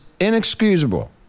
inexcusable